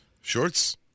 shorts